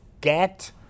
get